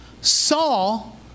Saul